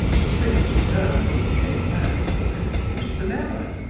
the prince turned and came back, more confused than ever.